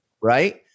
right